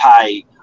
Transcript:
pay